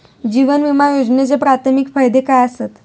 जीवन विमा योजनेचे प्राथमिक फायदे काय आसत?